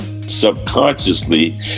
subconsciously